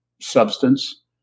substance